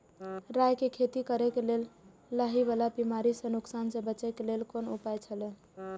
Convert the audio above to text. राय के खेती करे के लेल लाहि वाला बिमारी स नुकसान स बचे के लेल कोन उपाय छला?